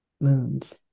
moons